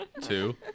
Two